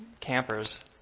campers